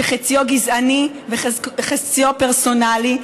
שחציו גזעני וחציו פרסונלי,